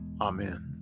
Amen